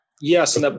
Yes